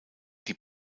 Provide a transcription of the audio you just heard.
die